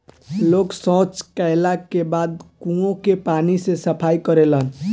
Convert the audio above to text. लोग सॉच कैला के बाद कुओं के पानी से सफाई करेलन